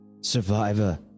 survivor